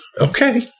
Okay